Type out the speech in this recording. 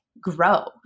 grow